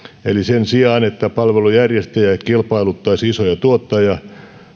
eli sen sijaan että palvelujärjestäjä kilpailuttaisi isoja tuottajia